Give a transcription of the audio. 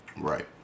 Right